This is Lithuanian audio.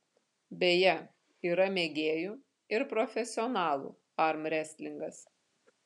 beje yra mėgėjų ir profesionalų armrestlingas